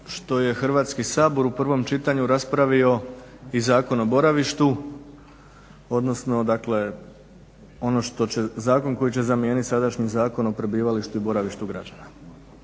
što je Hrvatski sabor u prvom čitanju raspravio i Zakon o boravištu, odnosno zakon koji će zamijeniti sadašnji zakon o prebivalištu i boravištu građana.